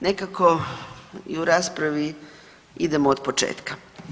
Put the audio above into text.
Nekako i u raspravi idemo od početka.